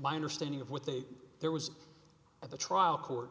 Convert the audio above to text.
my understanding of what they there was at the trial court